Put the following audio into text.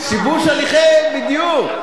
שיבוש הליכי, בדיוק.